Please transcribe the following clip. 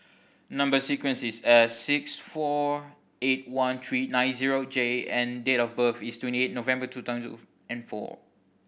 number sequence is S six four eight one three nine zero J and date of birth is twenty eight November two thousand and four